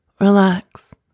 relax